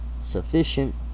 sufficient